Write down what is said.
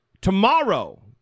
tomorrow